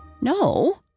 No